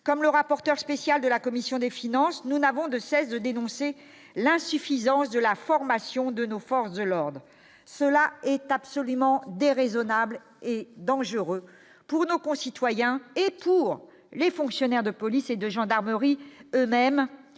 comme le rapporteur spécial de la commission des finances, nous n'avons de cesse de dénoncer l'insuffisance de la formation de nos forces de l'ordre, cela est absolument déraisonnable et dangereuse pour nos concitoyens et pour les fonctionnaires de police et de gendarmerie même